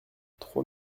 trois